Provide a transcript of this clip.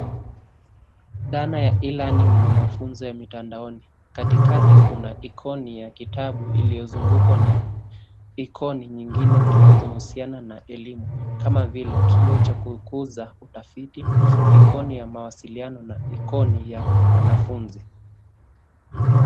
Dhana ya e-learning ni mafunzo ya mitandaoni. Katikati kuna aikoni ya kitabu iliyozungukwa na aikoni nyingine zinazohusiana na elimu kama vile kioo cha kukuza utafiti, aikoni ya mawasiliano na aikoni ya mwanafunzi.